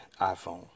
iPhone